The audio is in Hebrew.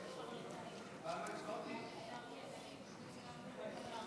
התשע"ט 2019,